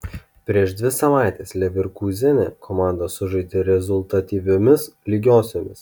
prieš dvi savaites leverkūzene komandos sužaidė rezultatyviomis lygiosiomis